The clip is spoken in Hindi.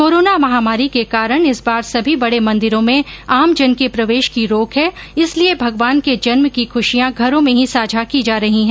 कोरोना महामारी के कारण इस बार सभी बड़े मंदिरों में आमजन के प्रवेश की रोक है इसलिए भगवान के जन्म की खुशियां घरों में ही साझा की जा रही हैं